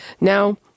Now